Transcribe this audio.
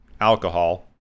alcohol